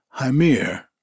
Hymir